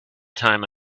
time